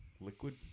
liquid